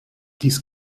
dies